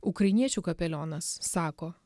ukrainiečių kapelionas sako